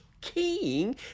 king